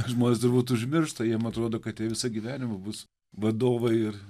žmonės turbūt užmiršta jiem atrodo kad jie visą gyvenimą bus vadovai ir